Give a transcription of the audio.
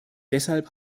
deshalb